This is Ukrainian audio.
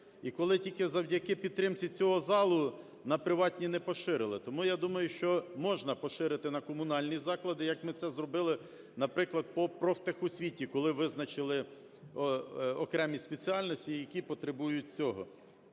і коли тільки завдяки підтримці цього залу на приватні не поширили. Тому я думаю, що можна поширити на комунальні заклади, як ми це зробили, наприклад, попрофтехосвіті, коли визначили окремі спеціальності, які потребують цього.